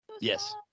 Yes